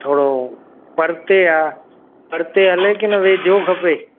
थोड़ो परते आहे परते हले की न वेझो खपे